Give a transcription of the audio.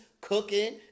cooking